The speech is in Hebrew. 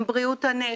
עם בריאות הנפש,